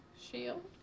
Shield